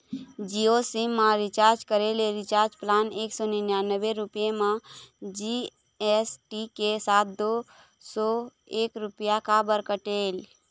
Jio SIM मा recharge करे ले रिचार्ज प्लान एक सौ निन्यानबे रुपए मा जी.एस.टी के साथ दो सौ एक रुपया काबर कटेल?